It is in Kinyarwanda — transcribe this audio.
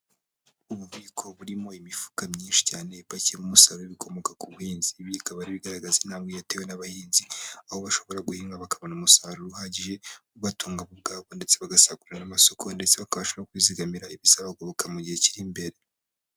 Ububiko burimo imifuka myinshi cyane ipakiyemo umusaruro w' ibikomoka ku buhinzi , ibi bikaba ari ibigaragaza intambwe yatewe n'abahinzi aho bashobora guhinga bakabona umusaruro uhagije ubatunga bo ubwabo, ndetse bagasagurira n'amasoko ndetse bakabasha no kwizigamira ibizabagoboka mu gihe kiri imbere.